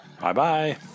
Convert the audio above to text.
Bye-bye